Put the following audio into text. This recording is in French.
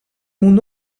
mon